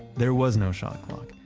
there was no shot clock.